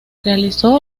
realizó